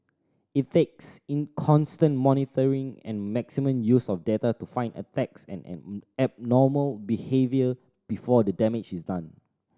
it takes inconstant monitoring and maximum use of data to find attacks and abnormal behaviour before the damage is done